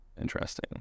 Interesting